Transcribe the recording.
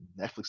Netflix